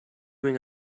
doing